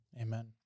Amen